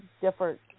different